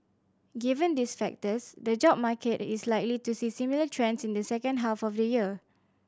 given these factors the job market is likely to see similar trends in the second half of the year